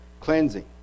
cleansing